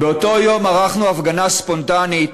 באותו יום ערכנו הפגנה ספונטנית,